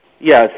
Yes